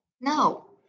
No